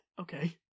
okay